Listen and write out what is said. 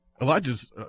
Elijah's